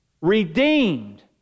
redeemed